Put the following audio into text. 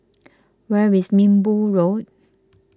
where is Minbu Road